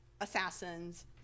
assassins